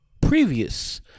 previous